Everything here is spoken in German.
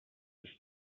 ist